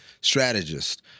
strategist